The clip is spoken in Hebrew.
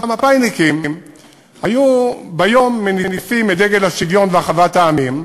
המפא"יניקים היו ביום מניפים את דגל השוויון ואחוות העמים,